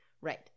Right